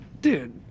Dude